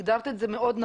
הגדרת את זה מאוד נכון,